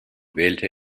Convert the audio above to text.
wählte